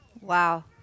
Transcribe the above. Wow